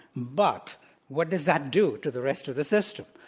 but what does that do to the rest of the system?